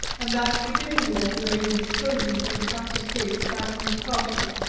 and that if any waterway was chosen for the count's escape back to his castle,